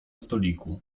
stoliku